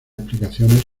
explicaciones